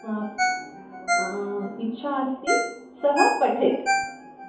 आस इच्छा अस्ति सः पठेत्